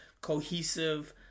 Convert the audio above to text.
cohesive